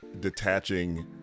detaching